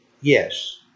Yes